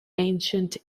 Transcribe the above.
ancient